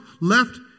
left